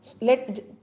let